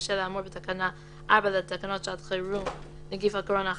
בשל האמור בתקנה 4 לתקנות שעת חירום (נגיף הקורונה החדש)